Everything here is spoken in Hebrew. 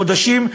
חודשים,